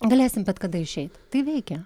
galėsim bet kada išeit tai veikia